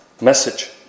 message